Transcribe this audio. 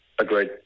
Agreed